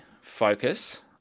focus